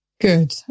good